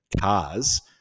cars